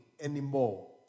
anymore